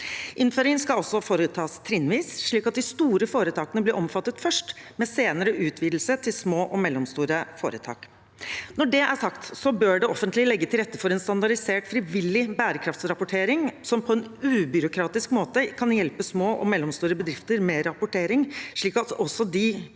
Innføringen skal også foretas trinnvis, slik at de store foretakene blir omfattet først, med senere utvidelse til små og mellomstore foretak. Når det er sagt, bør det offentlige legge til rette for en standardisert frivillig bærekraftsrapportering som på en ubyråkratisk måte kan hjelpe små og mellomstore bedrifter med rapportering, slik at også de får